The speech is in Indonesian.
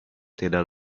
tidak